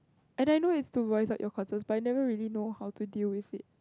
and I know is to voice out your concerns but I never really know how to deal with it